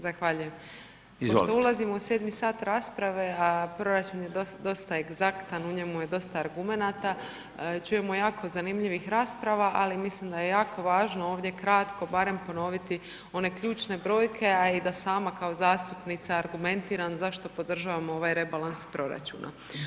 Zahvaljujem, pošto ulazimo u 7.mi sat rasprave a proračun je dosta egzaktan, u njemu je dosta argumenata, čujemo jako zanimljivih rasprava ali mislim da je jako važno ovdje kratko barem ponoviti one ključne brojke a i da sama kao zastupnica argumentiram zašto podržavamo ovaj rebalans proračuna.